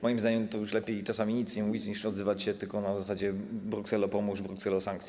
Moim zdaniem to już lepiej czasami nic nie mówić, niż odzywać tylko na zasadzie: Brukselo, pomóż, Brukselo, sankcje.